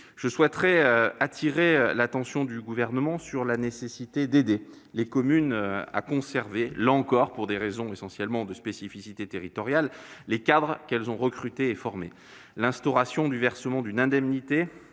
Je souhaiterais attirer l'attention du Gouvernement sur la nécessité d'aider les communes à conserver- là encore, essentiellement pour des raisons de spécificités territoriales -les cadres qu'elles ont recrutés et formés. L'instauration du versement d'une indemnité